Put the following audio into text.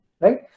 right